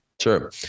Sure